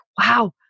wow